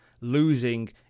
losing